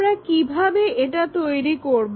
আমরা কিভাবে এটা তৈরি করব